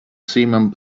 simum